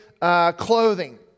clothing